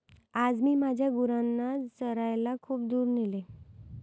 आज मी माझ्या गुरांना चरायला खूप दूर नेले